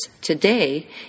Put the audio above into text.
today